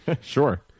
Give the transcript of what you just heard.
Sure